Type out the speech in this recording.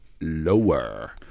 lower